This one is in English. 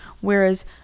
whereas